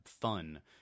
Fun